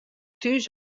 thús